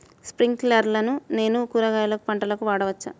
స్ప్రింక్లర్లను నేను కూరగాయల పంటలకు వాడవచ్చా?